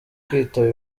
kwitaba